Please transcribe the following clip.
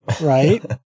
Right